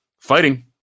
Fighting